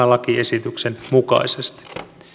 lakiesityksen mukaisesti